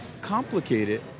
complicated